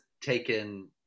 taken